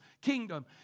Kingdom